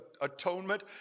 atonement